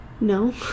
No